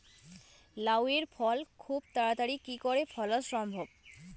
লাউ এর ফল খুব তাড়াতাড়ি কি করে ফলা সম্ভব?